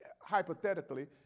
hypothetically